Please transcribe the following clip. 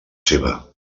seva